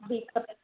बिख़ पिननि